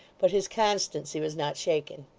but his constancy was not shaken.